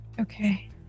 Okay